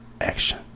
Action